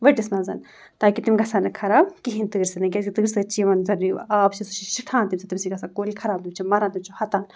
ؤٹِس مَنٛز تاکہِ تِم گژھن نہٕ خراب کِہیٖنۍ تۭرِ سۭتۍ کیٛازِکہِ تۭرِ سۭتۍ چھِ یِوان زَردی آب چھِس شِٹھان تمہِ سۭتۍ تمہِ سۭتۍ گژھان کُلۍ خراب تِم چھِ مَران تِم چھِ ہوٚتان